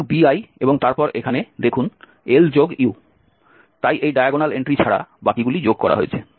সুতরাং bi এবং তারপর এখানে দেখুন LU তাই এই ডায়াগোনাল এন্ট্রি ছাড়া বাকিগুলি যোগ করা হয়েছে